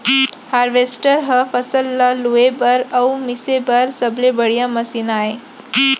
harvester ह फसल ल लूए बर अउ मिसे बर सबले बड़िहा मसीन आय